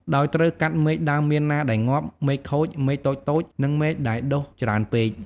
ដោយត្រូវកាត់មែកដើមមៀនណាដែលងាប់ មែកខូច មែកតូចៗ និងមែកដែលដុះច្រើនពេក។